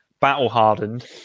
battle-hardened